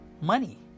money